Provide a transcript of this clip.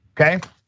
Okay